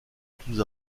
tous